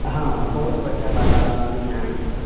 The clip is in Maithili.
हाँ बहुत बढ़िआँ वातावरण हइ यहाँके